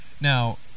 Now